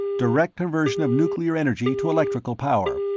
direct conversion of nuclear energy to electrical power,